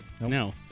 No